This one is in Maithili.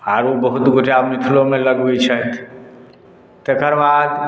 आर ओ बहुत गोटे मिथिलोमे लगबै छथि तेकर बाद